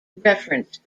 reference